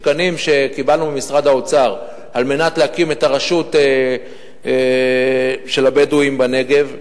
תקנים שקיבלנו ממשרד האוצר כדי להקים את הרשות של הבדואים בנגב,